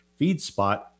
Feedspot